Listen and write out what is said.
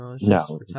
No